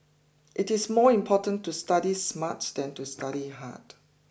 it is more important to study smart than to study hard